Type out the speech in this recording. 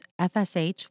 FSH